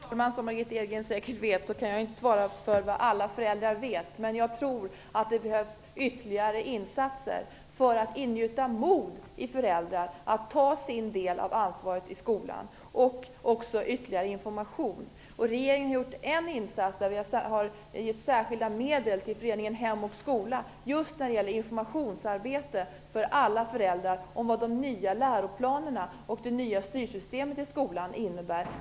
Fru talman! Som Margitta Edgren säkert är medveten om kan jag inte svara för vad alla föräldrar vet. Men jag tror att det behövs ytterligare insatser för att ingjuta mod i föräldrar att ta sin del av ansvaret i skolan. Det behövs också ytterligare information. Regeringen har anslagit särskilda medel till föreningen Hem och skola just när det gäller information till alla föräldrar om vad de nya läroplanerna och det nya styrsystemet i skolan innebär.